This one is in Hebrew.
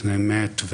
פני מת,